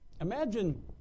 Imagine